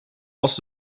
als